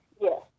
Yes